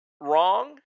wrong